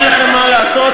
אין לכם מה לעשות?